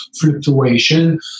fluctuation